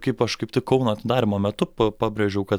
kaip aš kaip tik kauno atidarymo metu pa pabrėžiau kad